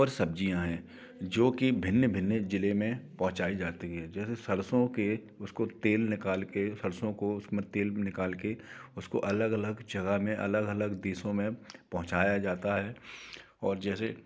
और सब्जियां हैं जो की भिन्न भिन्न जिले में पहुँचाई जाती है जैसे सरसों के उसको तेल निकाल के सरसों को उसमें तेल निकाल के उसको अलग अलग जगह में अलग अलग देशों में पहुँचाया जाता है और जैसे